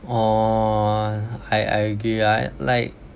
oh I I agree like